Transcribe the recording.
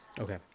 Okay